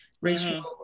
racial